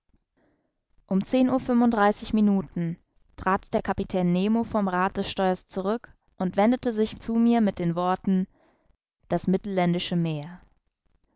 um zehn uhr fünfunddreißig minuten trat der kapitän nemo vom rad des steuers zurück und wendete sich zu mir mit den worten das mittelländische meer